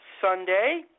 Sunday